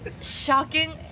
shocking